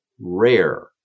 rare